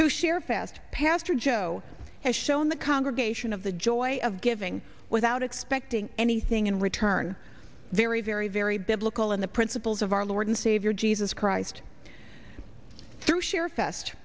to share fast pastor joe has shown the congregation of the joy of giving without expecting anything in return very very very biblical in the principles of our lord and savior jesus christ through sheer fest